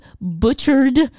butchered